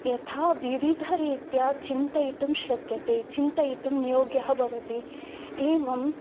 यथा विविधरीत्या चिन्तयितुं शक्यते चिन्तयितुं योग्यः भवति एवम्